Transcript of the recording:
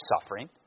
suffering